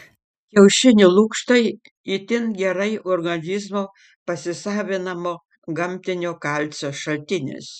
kiaušinių lukštai itin gerai organizmo pasisavinamo gamtinio kalcio šaltinis